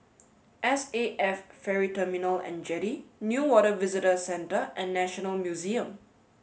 S A F Ferry Terminal and Jetty Newater Visitor Centre and National Museum